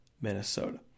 Minnesota